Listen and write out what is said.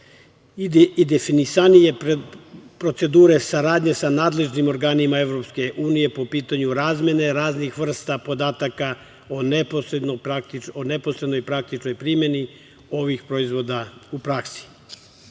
i definisanije procedure saradnje sa nadležnim organima EU po pitanju razmene raznih vrsta podataka o neposrednoj praktičnoj primeni ovih proizvoda u praksi,